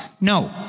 No